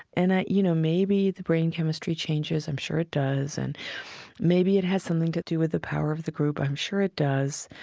and, ah you know, maybe the brain chemistry changes. i'm sure it does. and maybe it has something to do with the power of the group. i'm sure it does.